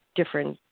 different